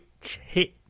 hit